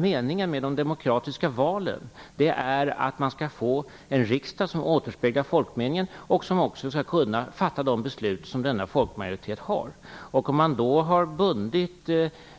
Meningen med demokratiska val är att man skall få en riksdag som återspeglar folkmeningen och som också skall kunna fatta beslut i enlighet med folkmajoritetens vilja. Om man